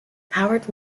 powered